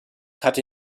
hatte